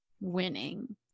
winning